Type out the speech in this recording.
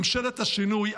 ממשלת השינוי,